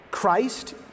Christ